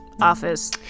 office